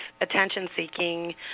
attention-seeking